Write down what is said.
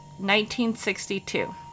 1962